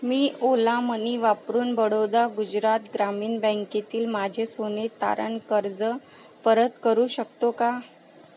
मी Ola Money वापरून बडोदा गुजरात ग्रामीण बँकेतील माझे सोने तारण कर्ज परत करू शकतो का